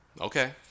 Okay